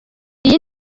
iyi